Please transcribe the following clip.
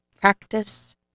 Practice